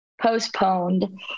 postponed